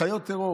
חיות טרור.